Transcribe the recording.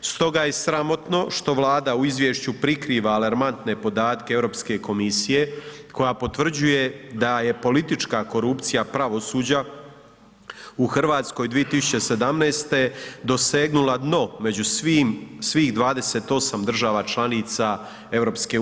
Stoga je sramotno što Vlada u izvješću prikriva alarmantne podatke Europske komisije koja potvrđuje da je politička korupcija pravosuđa u Hrvatskoj 2017. dosegnula dno među svih 28 država članica EU.